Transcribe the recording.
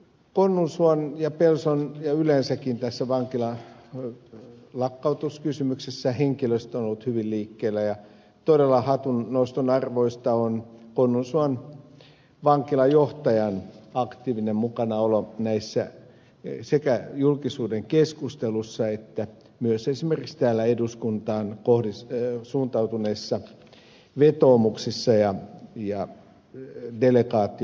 konnunsuon ja pelson ja yleensäkin tässä vankiloiden lakkautuskysymyksessä henkilöstö on ollut hyvin liikkeellä ja todella hatunnoston arvoista on konnunsuon vankilan johtajan aktiivinen mukanaolo sekä julkisuuden keskustelussa että myös esimerkiksi tänne eduskuntaan suuntautuneissa vetoomuksissa ja delegaatioissa